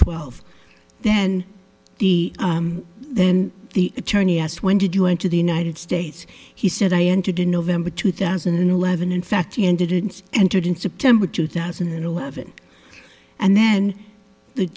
twelve then he then the attorney asked when did you enter the united states he said i entered in november two thousand and eleven in fact he ended and entered in september two thousand and eleven and then the